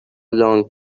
long